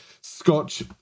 Scotch